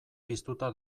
piztuta